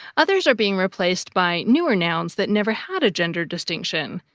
others are being replaced by newer nouns that never had a gender distinction,